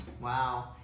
wow